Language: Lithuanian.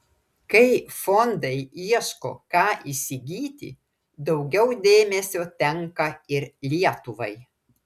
kai fondai ieško ką įsigyti daugiau dėmesio tenka ir lietuvai